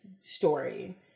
story